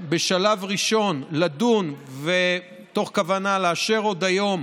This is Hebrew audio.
בשלב ראשון לדון מתוך כוונה לאשר עוד היום